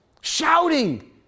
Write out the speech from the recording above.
shouting